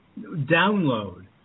download